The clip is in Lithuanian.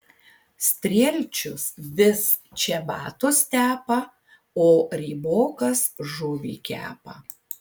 strielčius vis čebatus tepa o rybokas žuvį kepa